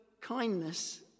kindness